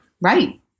Right